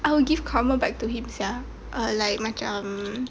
I will give karma back to him sia like macam